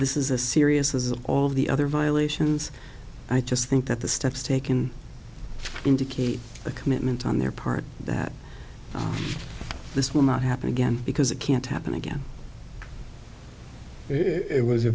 this is a serious as all the other violations i just think that the steps taken indicate a commitment on their part that this will not happen again because it can't happen again it was a